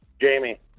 Jamie